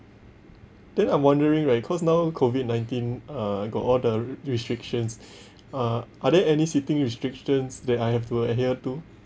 then I'm wondering right cause now COVID nineteen uh got all the restrictions uh are there any sitting restrictions that I have to adhere to